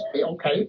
okay